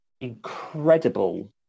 incredible